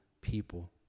people